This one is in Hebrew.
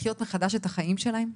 לחיות מחדש את החיים שלהם,